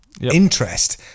interest